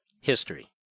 History